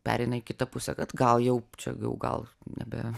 pereina į kitą pusę kad gal jau čia jau gal nebe